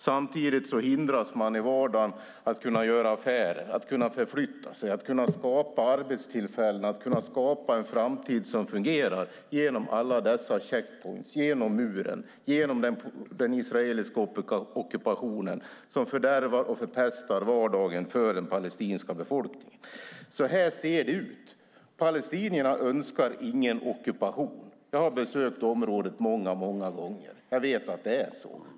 Samtidigt hindras man i vardagen från att göra affärer, från att kunna förflytta sig, från att skapa arbetstillfällen och en framtid som fungerar genom alla dessa checkpoints, muren och den israeliska ockupationen som fördärvar och förpestar vardagen för den palestinska befolkningen. Så här ser det ut. Palestinierna önskar ingen ockupation. Jag har besökt området många gånger. Jag vet att det är så.